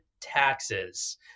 taxes